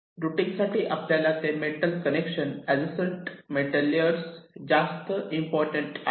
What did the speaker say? routing साठी आपल्याला metal ते metal connection adjacent metal layers connection जास्त इम्पॉर्टंट आहे